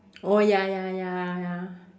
oh ya ya ya ya